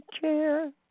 chair